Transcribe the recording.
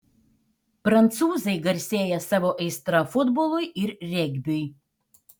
prancūzai garsėja savo aistra futbolui ir regbiui